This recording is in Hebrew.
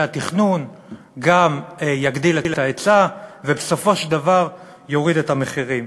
התכנון וגם יגדיל את ההיצע ובסופו של דבר יוריד את המחירים.